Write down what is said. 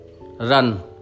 run